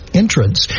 entrance